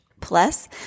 Plus